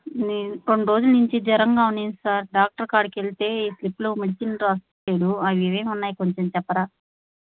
నేను కొన్ని రోజుల నుంచి జ్వరంగా ఉండింది సార్ డాక్టర్ కాడికెళ్తే ఈ స్లిప్లో మెడిసిన్ రాసిచ్చాడు అవి ఏమేమి ఉన్నాయి కొంచెం చెప్పరా